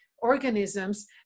organisms